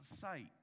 sight